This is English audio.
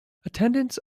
attendance